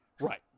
Right